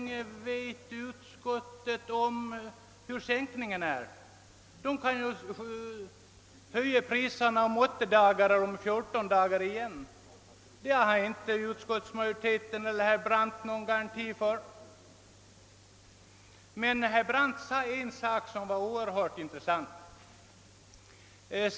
Hur skall utskottet kunna veta hur länge dessa sänkningar kommer att vara? Priserna kan ju höjas redan om åtta dagar eller om fjorton dagar igen; det har utskottsmajoriteten och herr Brandt ingen garanti för. Herr Brandt sade en sak som var oerhört intressant.